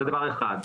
זה דבר אחד.